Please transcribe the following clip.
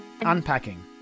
Unpacking